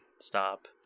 stop